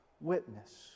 witness